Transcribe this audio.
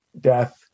death